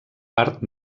part